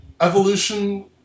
Evolution